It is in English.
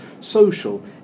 social